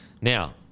Now